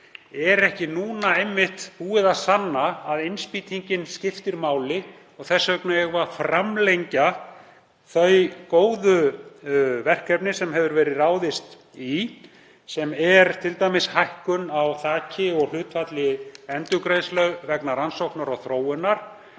Er ekki einmitt búið að sanna að innspýtingin skiptir máli og þess vegna eigum við að framlengja þau góðu verkefni sem ráðist hefur verið í, sem er t.d. hækkun á þaki og hlutfalli endurgreiðslu vegna rannsókna og þróunar?